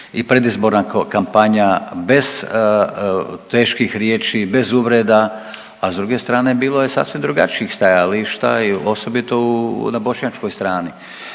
i predizborna kampanja bez teških riječi, bez uvreda, a s druge strane bilo je sasvim drugačijih stajališta i osobito na bošnjačkoj strani.